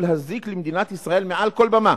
ולהזיק למדינת ישראל מעל כל במה,